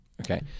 Okay